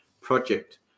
Project